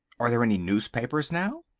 are there any newspapers now?